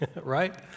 right